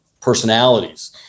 personalities